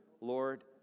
Lord